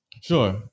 Sure